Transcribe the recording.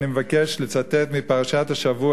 אני מבקש לצטט מפרשת השבוע,